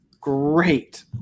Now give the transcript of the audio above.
great